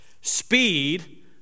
Speed